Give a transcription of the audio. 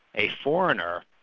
a foreigner,